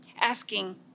Asking